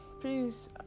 please